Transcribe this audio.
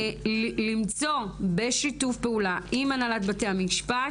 הוא למצוא בשיתוף פעולה עם הנהלת בתי המשפט